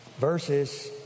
verses